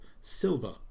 Silva